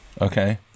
Okay